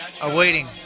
awaiting